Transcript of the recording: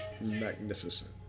magnificent